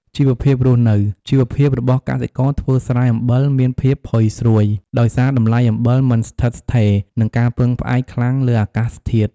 ជីវភាពរស់នៅ ជីវភាពរបស់កសិករធ្វើស្រែអំបិលមានភាពផុយស្រួយ ដោយសារតម្លៃអំបិលមិនស្ថិតស្ថេរ និងការពឹងផ្អែកខ្លាំងលើអាកាសធាតុ។